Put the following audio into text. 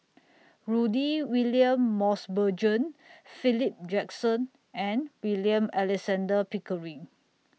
Rudy William Mosbergen Philip Jackson and William Alexander Pickering